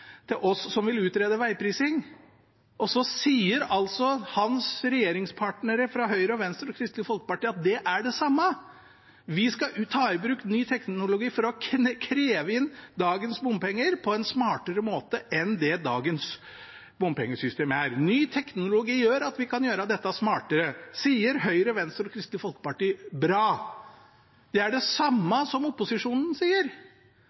oss som vil utrede vegprising. Og så sier altså hans regjeringspartnere fra Høyre, Venstre og Kristelig Folkeparti at det er det samme: Vi skal ta i bruk ny teknologi for å kreve inn dagens bompenger på en smartere måte enn med dagens bompengesystem. Ny teknologi gjør at vi kan gjøre dette smartere, sier Høyre, Venstre og Kristelig Folkeparti. Bra! Det er det samme som opposisjonen sier.